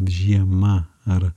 žiema ar